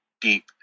deep